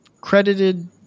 credited